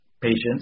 patients